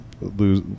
Lose